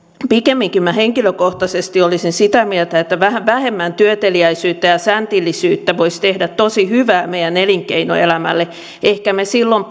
pikemminkin minä henkilökohtaisesti olisin sitä mieltä että vähän vähemmän työteliäisyyttä ja säntillisyyttä voisi tehdä tosi hyvää meidän elinkeinoelämälle ehkä me silloin